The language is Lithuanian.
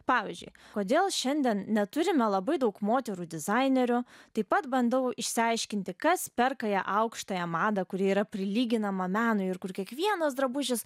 pavyzdžiui kodėl šiandien neturime labai daug moterų dizainerių taip pat bandau išsiaiškinti kas perka ją aukštąją madą kuri yra prilyginama menui ir kur kiekvienas drabužis